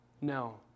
No